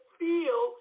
feel